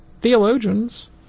theologians